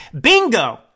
Bingo